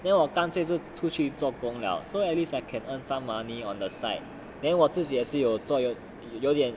then 我干脆就出去做工 liao so at least I can earn some money on the side then 我自己也是有作用有点